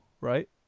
right